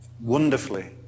wonderfully